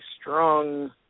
strong